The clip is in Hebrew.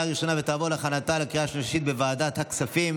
הראשונה ותעבור להכנתה לקריאה השנייה והשלישית בוועדת הכספים.